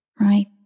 Right